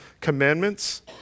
commandments